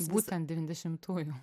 būtent devyndešimtųjų